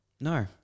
No